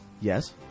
Yes